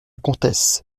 comtesse